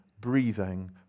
breathing